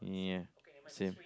yeah same